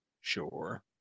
sure